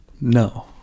No